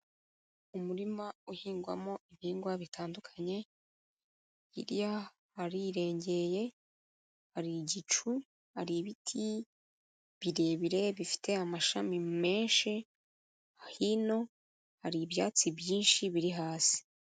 Umurima uhingwamo ibihingwa bitandukanye, hirya harirengeye, hari igicu, hari ibiti birebire bifite amashami menshi, hino hari ibyatsi byinshi biri hasi.